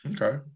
Okay